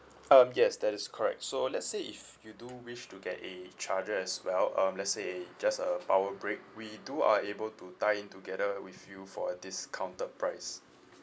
um yes that is correct so let's say if you do wish to get a charger as well um let's say a just a power brick we do are able to tie in together with you for a discounted price